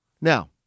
Now